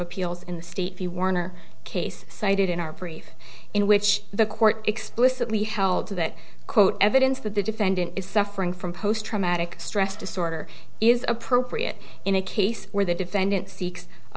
appeals in the state you warner case cited in our brief in which the court explicitly held to that quote evidence that the defendant is suffering from post traumatic stress disorder is appropriate in a case where the defendant seeks a